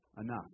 Enough